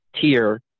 tier